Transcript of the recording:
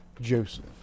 Joseph